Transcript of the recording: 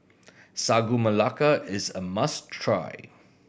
Sagu Melaka is a must try